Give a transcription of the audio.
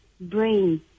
brain